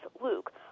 Luke